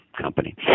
company